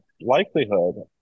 likelihood